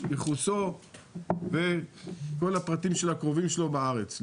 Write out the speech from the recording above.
ייחוסו וכל הפרטים של הקרובים שלו בארץ.